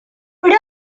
però